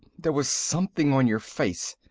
there was something on your face,